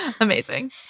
Amazing